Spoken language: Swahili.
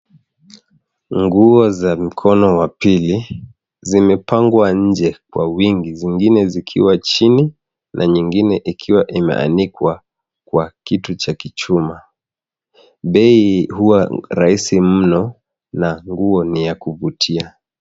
Nguo za mkono wa pili zimepangwa nje kwa wingi. Zingine zikiwa chini na nyingine ikiwa imeanikwa kwa kitu cha kichuma. Bei huwa rahisi mno na nguo ni ya kuvutia.